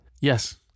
Yes